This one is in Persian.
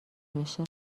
بشه